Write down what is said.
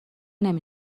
نمی